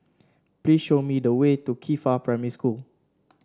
please show me the way to Qifa Primary School